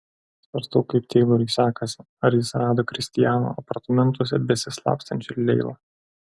svarstau kaip teilorui sekasi ar jis rado kristiano apartamentuose besislapstančią leilą